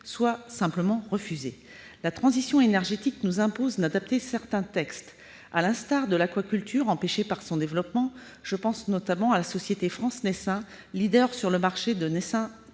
tout simplement refusés. La transition énergétique nous impose d'adapter certains textes. À l'instar de l'aquaculture empêchée dans son développement- je pense notamment à la société France Naissain, leader sur le marché des naissains